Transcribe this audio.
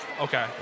Okay